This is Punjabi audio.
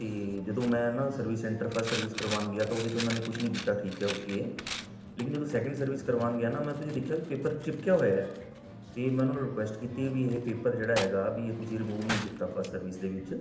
ਅਤੇ ਜਦੋਂ ਮੈਂ ਨਾ ਸਰਿਵਸ ਸੈਂਟਰ ਫਸਟ ਸਰਵਿਸ ਕਰਵਾਉਣ ਗਿਆ ਤਾਂ ਉਹਦੇ 'ਚ ਉਹਨਾਂ ਨੇ ਕੁਛ ਨਹੀਂ ਕੀਤਾ ਠੀਕ ਹੈ ਓਕੇ ਹੈ ਲੇਕਿਨ ਜਦੋਂ ਸੈਕਿੰਡ ਸਰਵਿਸ ਕਰਵਾਉਣ ਗਿਆ ਨਾ ਮੈਂ ਉਹ 'ਤੇ ਜਦ ਦੇਖਿਆ ਵੀ ਪੇਪਰ ਚਿਪਕਿਆ ਹੋਇਆ ਤਾਂ ਮੈਂ ਉਹਨਾਂ ਨੂੰ ਰਿਕੁਐਸਟ ਕੀਤੀ ਵੀ ਇਹ ਪੇਪਰ ਜਿਹੜਾ ਹੈਗਾ ਵੀ ਇਹ ਤੁਸੀਂ ਰਿਮੂਵ ਨਹੀਂ ਕੀਤਾ ਫਸਟ ਸਰਵਿਸ ਦੇ ਵਿੱਚ